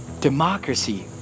democracy